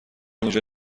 اونجا